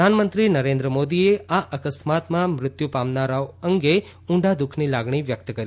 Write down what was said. પ્રધાનમંત્રી નરેન્દ્ર મોદીએ આ અકસ્માતમાં મૃત્યુ પામનારાઓ અંગે ઉંડા દુઃખની લાગણી વ્યક્ત કરી છે